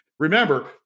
Remember